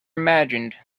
imagined